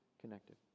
connected